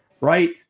right